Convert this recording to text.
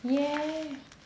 yeah